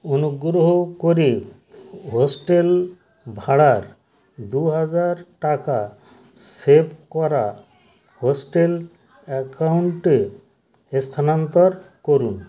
অনুগ্রহ করে হোস্টেল ভাড়ার দু হাজার টাকা সেভ করা হোস্টেল অ্যাকাউন্টে স্থানান্তর করুন